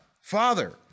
Father